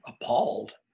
appalled